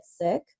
sick